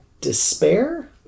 despair